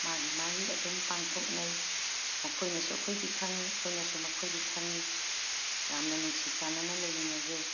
ꯃꯥꯒꯤ ꯃꯥꯒꯤ ꯑꯗꯨꯝ ꯄꯥꯡꯊꯣꯛꯅꯩ ꯃꯈꯣꯏꯅꯁꯨ ꯑꯩꯈꯣꯏꯒꯤ ꯈꯪꯉꯤ ꯑꯩꯈꯣꯏꯅꯁꯨ ꯃꯈꯣꯏꯒꯤ ꯈꯪꯉꯤ ꯌꯥꯝꯅ ꯅꯨꯡꯁꯤ ꯆꯥꯅꯅ ꯂꯩꯃꯤꯟꯅꯖꯩ